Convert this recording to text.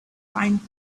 pine